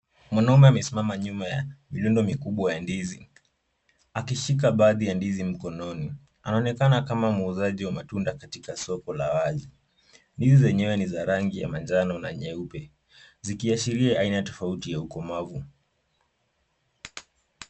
Mwanaume amesimama nyuma ya milindo mikubwa ya ndizi. Akishika baadhi ya ndizi mkononi. Anaonekana kama muuzaji wa matunda katika soko la wazi. Ndizi zenyewe ni za rangi ya manjano na nyeupe, zikiashiria aina tofauti ya ukomavu.